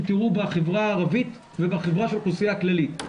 תראו בחברה הערבית ובחברה של האוכלוסייה הכללית.